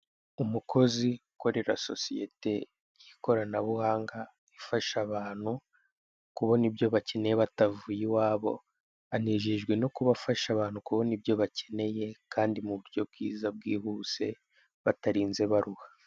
Umukozi ukorera sosiyete y'ikoranabuhanga ifasha abantu kubona ibyo bakeneye batavuye iwabo anejejwe no kuba afasha abantu kubona ibyo bakeneye kandi mu buryo bwiza bwihuse batarinze baruha.